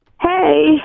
Hey